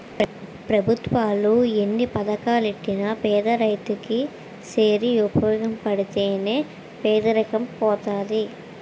పెభుత్వాలు ఎన్ని పథకాలెట్టినా పేదరైతు కి సేరి ఉపయోగపడితే నే పేదరికం పోతది